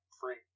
free